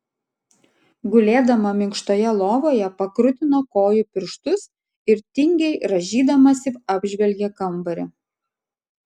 gulėdama minkštoje lovoje pakrutino kojų pirštus ir tingiai rąžydamasi apžvelgė kambarį